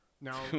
now